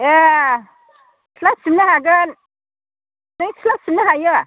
ए सिथ्ला सिबनो हागोन नों सिथ्ला सिबनो हायो